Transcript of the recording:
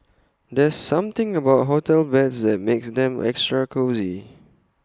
there's something about hotel beds that makes them extra cosy